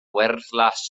wyrddlas